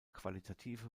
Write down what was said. qualitative